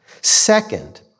Second